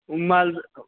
ओ माल